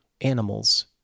animals